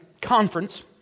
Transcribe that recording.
conference